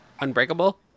Unbreakable